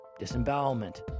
disembowelment